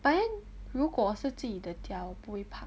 but then 如果是自己的家我不会怕